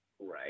Right